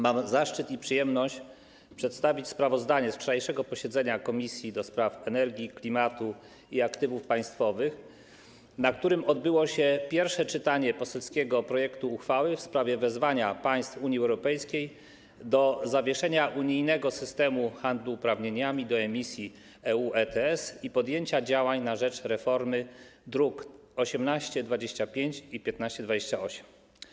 Mam zaszczyt i przyjemność przedstawić sprawozdanie z wczorajszego posiedzenia Komisji do Spraw Energii, Klimatu i Aktywów Państwowych, na którym odbyło się pierwsze czytanie poselskiego projektu uchwały w sprawie wezwania państw Unii Europejskiej do zawieszenia unijnego systemu handlu uprawnieniami do emisji (EU ETS) i podjęcia działań na rzecz reformy, druki nr 1825 i 1828.